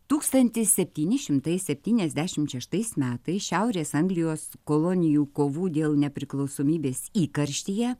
tūkstantis septyni šimtai septyniasdešimt šeštais metais šiaurės anglijos kolonijų kovų dėl nepriklausomybės įkarštyje